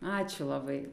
ačiū labai